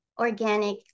organic